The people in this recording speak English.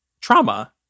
Trauma